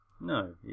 No